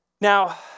Now